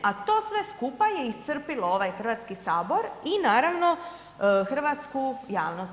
A to sve skupa je iscrpilo ovaj Hrvatski sabor i naravno hrvatsku javnost.